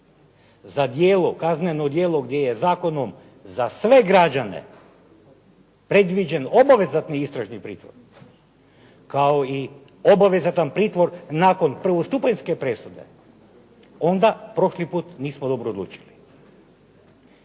za djelo, kazneno djelo gdje je zakonom za sve građane predviđen obvezatni istražni pritvor, kao i obvezatan pritvor nakon prvostupanjske presude, onda prošli put nismo dobro odlučili.